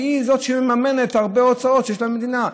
שהיא זאת שמממנת הרבה הוצאות שיש למדינה.